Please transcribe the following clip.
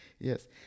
Yes